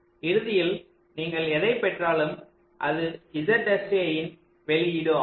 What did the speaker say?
இறுதியில் நீங்கள் எதைப் பெற்றாலும் அது ZSA இன் வெளியீடு ஆகும்